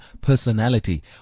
personality